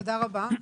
תודה רבה,